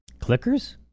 Clickers